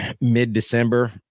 mid-December